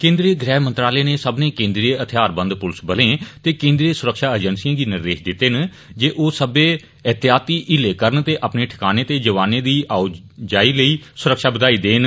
केन्द्र गृह मंत्रालय नै सब्मने केन्द्री थेहारबंद पुलस बले ते केन्द्री सुरक्षा एजेंसिए गी निर्देश दित्ते न जे ओह् सब्बै एहतीयाती हीले करन ते अपने ठिकाने ते जवाने दी आओजाई लेई सुरक्षा बघाई देन